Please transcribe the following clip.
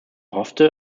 hoffte